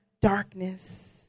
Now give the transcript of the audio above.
darkness